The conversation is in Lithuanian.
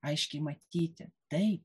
aiškiai matyti taip